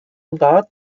rat